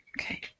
Okay